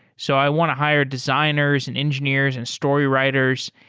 so i want to higher designers and engineers and storywriters.